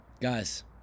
guys